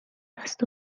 دست